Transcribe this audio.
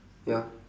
ya